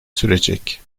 sürecek